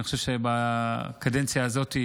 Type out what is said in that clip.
אני חושב שבקדנציה הזאת,